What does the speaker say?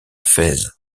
fès